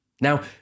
Now